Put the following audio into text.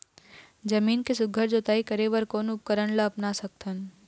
जमीन के सुघ्घर जोताई करे बर कोन उपकरण ला अपना सकथन?